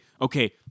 okay